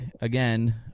again